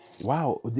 Wow